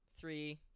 Three